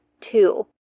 two